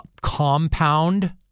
Compound